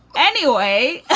anyway,